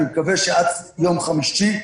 אני מקווה שעד יום חמישי,